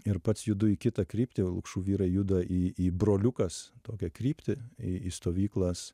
ir pats judu į kitą kryptį o lukšų vyrai juda į į broliukas tokią kryptį į į stovyklas